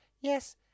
yes